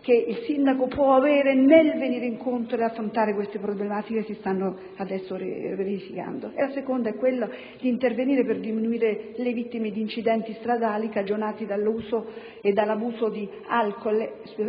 che il sindaco può avere nell'affrontare le problematiche che si stanno adesso verificando. La seconda consiste nell'intervento volto a diminuire le vittime di incidenti stradali cagionati dall'uso e dall'abuso di alcool